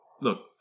look